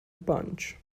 punch